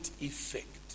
effect